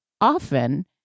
often